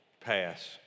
pass